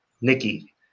nikki